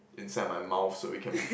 inside my mouth so we can